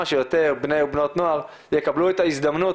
שיותר בני ובנות נוער יקבלו את ההזדמנות